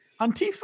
Antifa